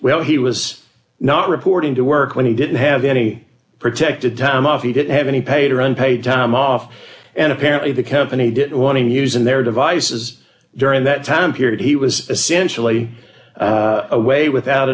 well he was not reporting to work when he didn't have any protected time off he didn't have any paid or unpaid time off and apparently the company didn't want to use in their devices during that time period he was essentially away without